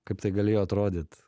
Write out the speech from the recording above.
kaip tai galėjo atrodyt